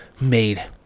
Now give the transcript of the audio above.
made